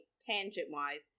tangent-wise